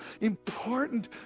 important